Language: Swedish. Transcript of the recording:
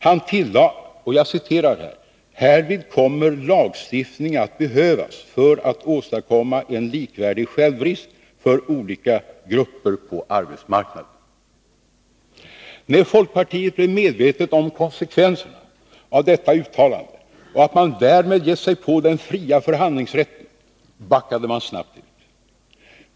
Han tillade att ”härvid kommer lagstiftning att behövas för att åstadkomma en likvärdig självrisk för olika grupper på arbetsmarknaden”. När folkpartiet blev medvetet om konsekvenserna av detta uttalande och att man därmed gett sig på den fria förhandlingsrätten, backade man snabbt ut.